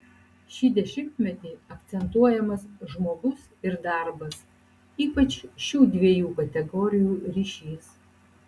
šį dešimtmetį akcentuojamas žmogus ir darbas ypač šių dviejų kategorijų ryšys